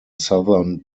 southern